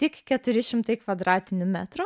tik keturi šimtai kvadratinių metrų